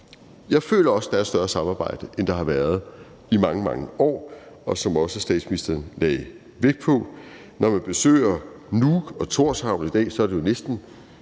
Jeg føler også, at der er et større samarbejde, end der har været i mange, mange år, og som statsministeren også lagde vægt på, så er det jo, når man besøger Nuuk og Thorshavn i dag, næsten